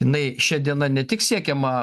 jinai šia diena ne tik siekiama